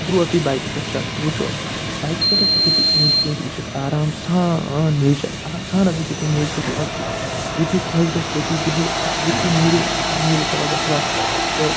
درٛٲو تُہۍ بایکہِ پٮ۪ٹھ چَکرَس وُچھُو حظ بایکہِ پٮ۪ٹھ حظ ہیٚکِو تُہۍ أنٛدۍ پٔکۍ وُچھِتھ آرام سان نیچر آرام سان حظ ہیٚکِو تُہۍ نیچرُک مَزٕ تُلِتھ یِیٚتی خۄش گژھہِ تٔتی بِہیٛو یِتھُے نیرِو تیٛتھٕے نیٖرِو سا رۄبَس حَوالہٕ تہٕ